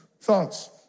thoughts